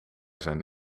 zijn